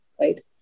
right